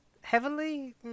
heavily